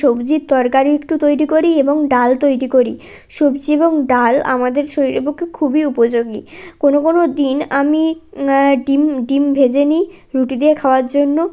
সব্জির তরকারি ইকটু তৈরি করি এবং ডাল তৈরি করি সব্জি এবং ডাল আমাদের শরীরের পক্ষে খুবই উপযোগী কোনো কোনো দিন আমি ডিম ডিম ভেজে নি রুটি দিয়ে খাওয়ার জন্য